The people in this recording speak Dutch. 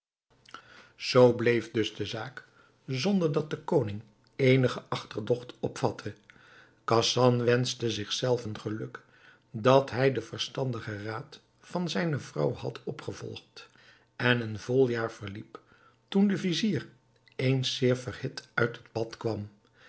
zoo bleef dus de zaak zonder dat de koning eenigen achterdocht opvatte khasan wenschte zich zelven geluk dat hij den verstandigen raad van zijne vrouw had opgevolgd en een vol jaar verliep toen de vizier eens zeer verhit uit het bad kwam